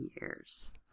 years